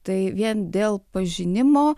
tai vien dėl pažinimo